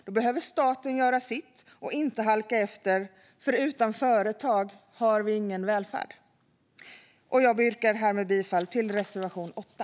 Då behöver staten göra sitt och inte halka efter, för utan företag har vi ingen välfärd. Jag yrkar härmed bifall till reservation 8.